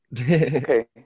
okay